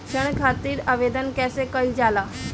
ऋण खातिर आवेदन कैसे कयील जाला?